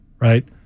Right